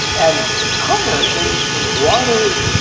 and in tonga they made water,